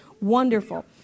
wonderful